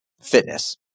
fitness